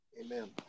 Amen